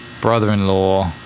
brother-in-law